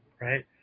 right